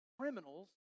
criminals